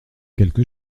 quelque